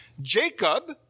Jacob